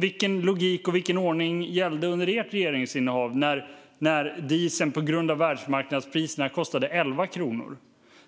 vilken logik och vilken ordning som gällde under ert regeringsinnehav, när dieseln på grund av världsmarknadspriserna kostade 11 kronor.